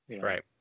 right